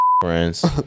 friends